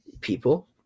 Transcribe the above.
People